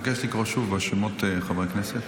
אבקש לקרוא שוב בשמות חברי הכנסת.